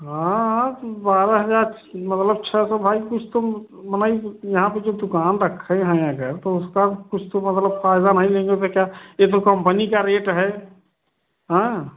हाँ हाँ बारह हजार मतलब छ सौ भाई कुछ तो मनई यहाँ पर जब दुकान रखे हैं अगर तो उसका कुछ तो मतलब फायदा नहीं लेंगे तो क्या ये तो कंपनी का रेट है हाँ